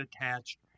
attached